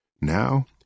Now